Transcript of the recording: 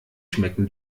schmecken